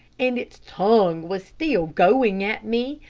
and its tongue was still going at me,